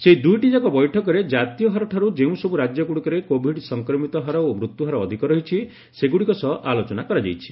ସେହି ଦୂଇଟି ଯାକ ବୈଠକରେ ଜାତୀୟ ହାରଠାର୍ତ ଯେଉଁ ସବ୍ର ରାଜ୍ୟଗୁଡ଼ିକରେ କୋଭିଡ୍ ସଂକ୍ରମିତହାର ଓ ମୃତ୍ୟୁହାର ଅଧିକ ରହିଛି ସେଗୁଡ଼ିକ ସହ ଆଲୋଚନା କରାଯାଇଛି